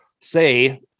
say